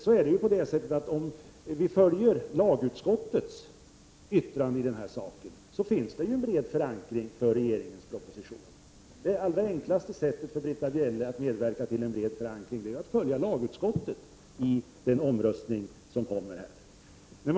Om man följer lagutskottets yttrande i denna fråga, finns det en bred förankring för regeringens proposition. Det lättaste sättet för Britta Bjelle att medverka till en bred förankring är att följa lagutskottet i den omröstning som senare kommer.